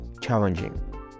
challenging